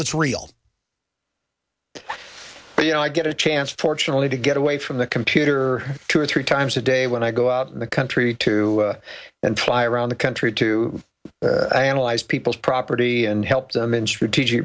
that's real well you know i get a chance fortunately to get away from the computer two or three times a day when i go out in the country to and fly around the country to analyze people's property and help them in